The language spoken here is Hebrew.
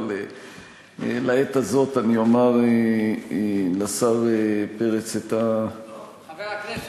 אבל לעת הזאת אני אומר לשר פרץ --- חבר הכנסת.